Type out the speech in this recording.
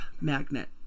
magnet